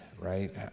right